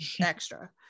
extra